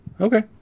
Okay